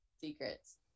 secrets